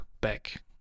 back